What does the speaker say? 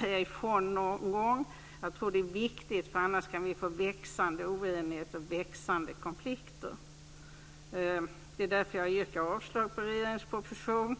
säga ifrån någon gång. Jag tror att det är viktigt. Annars kan vi få växande oenighet och växande konflikter. Det är därför jag yrkar avslag på regeringens proposition.